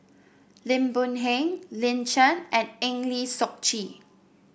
Lim Boon Heng Lin Chen and Eng Lee Seok Chee